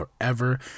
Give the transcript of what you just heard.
Forever